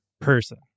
person